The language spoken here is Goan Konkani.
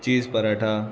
चीज पराठा